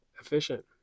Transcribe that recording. efficient